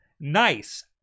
nice